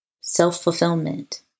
self-fulfillment